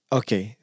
okay